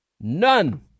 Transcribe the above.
None